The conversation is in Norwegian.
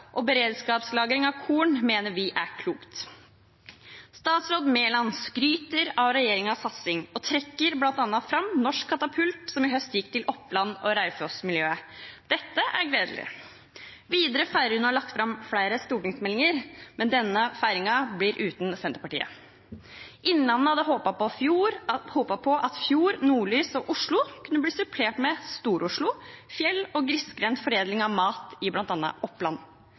og beredskapslagring av korn mener vi er klokt. Statsråd Mæland skryter av regjeringens satsing og trekker fram bl.a. Norsk katapult, som i høst ble lagt til Oppland og Raufoss-miljøet. Dette er gledelig. Videre feirer hun at de har lagt fram flere stortingsmeldinger, men denne feiringen skjer uten Senterpartiet. Innlandet hadde håpet på at fjord, nordlys og Oslo kunne blitt supplert med Stor-Oslo, fjell og grisgrendt foredling av mat, i bl.a. Oppland.